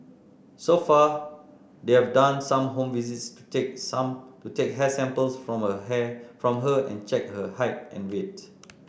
so far they've done some home visits to take some to take hair samples from here from her and check her height and weight